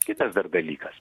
kitas dar dalykas